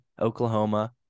Oklahoma